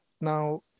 now